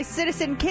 Citizen